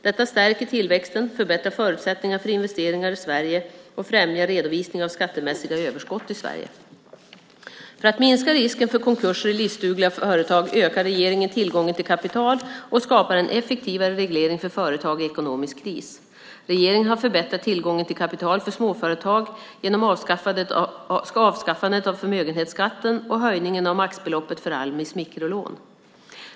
Detta stärker tillväxten, förbättrar förutsättningarna för investeringar i Sverige och främjar redovisningen av skattemässiga överskott i Sverige. För att minska risken för konkurser i livsdugliga företag ökar regeringen tillgången till kapital och skapar en effektivare reglering för företag i ekonomisk kris. Regeringen har förbättrat tillgången till kapital för småföretag genom avskaffandet av förmögenhetsskatten och höjningen av maxbeloppet för Almis mikrolån.